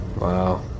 Wow